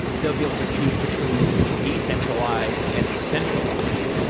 they'll be able to choose between decentralized and centralized.